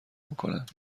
میکنند